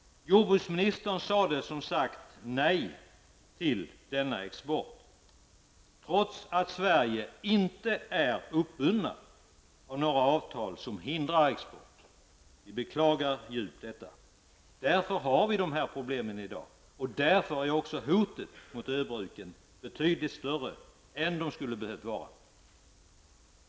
Jordbruksministern sade som sagt nej till denna export, trots att Sverige inte är uppbundet av några avtal som hindrar export. Vi beklagar detta djupt. Därför har vi de här problemen i dag. Därför är också hotet mot öbruken betydligt större än det skulle ha behövt vara.